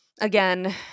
again